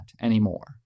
anymore